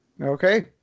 Okay